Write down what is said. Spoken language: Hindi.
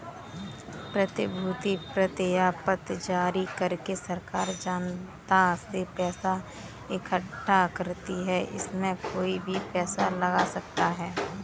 प्रतिभूति प्रतिज्ञापत्र जारी करके सरकार जनता से पैसा इकठ्ठा करती है, इसमें कोई भी पैसा लगा सकता है